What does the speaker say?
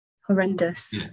horrendous